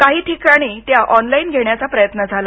काही ठिकाणी त्या ऑन लाईन घेण्याचा प्रयत्न झाला